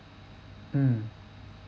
mm